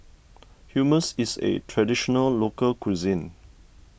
Hummus is a Traditional Local Cuisine